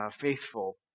faithful